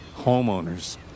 homeowners